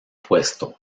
puesto